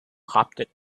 coptic